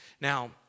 Now